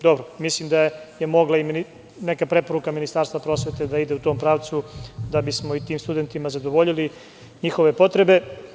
Dobro, mislim da je mogla i neka preporuka Ministarstva prosvete da ide u tom pravcu da bismo i tim studentima zadovoljili njihove potrebe.